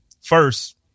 first